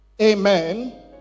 Amen